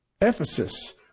Ephesus